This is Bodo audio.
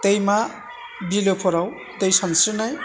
दैमा बिलोफोराव दै सानस्रिनाय